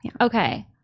Okay